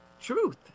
truth